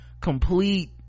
complete